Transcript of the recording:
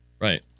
Right